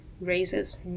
raises